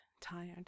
tired